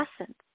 essence